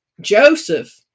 Joseph